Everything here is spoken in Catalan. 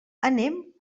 anem